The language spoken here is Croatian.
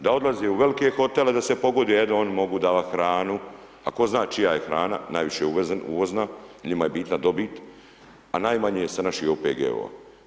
Da odlaze u velike hotele, da se pogoduje jedino oni mogu davati hranu a tko zna čija je hrana, najviše uvozne, njima je bitna dobit a najmanje je sa naših OPG-ova.